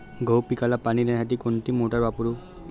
गहू पिकाला पाणी देण्यासाठी कोणती मोटार वापरू?